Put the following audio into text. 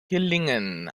gelingen